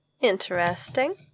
Interesting